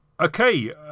Okay